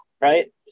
Right